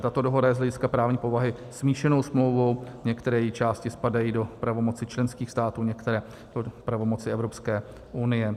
Tato dohoda je z hlediska právní povahy smíšenou smlouvou, některé její části spadají do pravomoci členských států, některé do pravomoci Evropské unie.